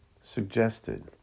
suggested